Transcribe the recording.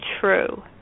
true